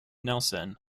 nelson